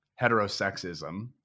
heterosexism